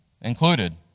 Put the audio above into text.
included